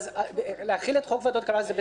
להחיל את חוק קבלות קבלה זה בסדר,